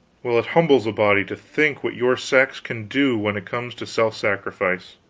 well, it humbles a body to think what your sex can do when it comes to self-sacrifice.